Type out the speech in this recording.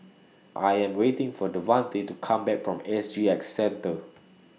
I Am waiting For Devante to Come Back from S G X Centre